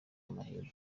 amahirwe